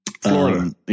Florida